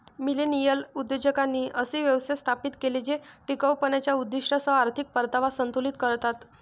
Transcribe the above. millennial उद्योजकांनी असे व्यवसाय स्थापित केले जे टिकाऊपणाच्या उद्दीष्टांसह आर्थिक परतावा संतुलित करतात